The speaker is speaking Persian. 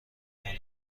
کنم